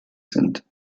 sind